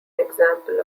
example